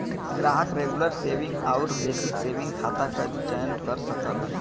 ग्राहक regular saving आउर basic saving खाता क चयन कर सकला